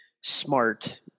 smart